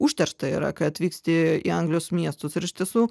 užteršta yra kai atvyksti į anglijos miestus ir iš tiesų